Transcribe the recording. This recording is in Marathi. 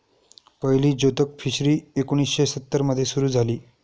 पहिली जोतक फिशरी एकोणीशे सत्तर मध्ये सुरू झाली